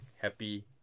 happy